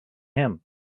him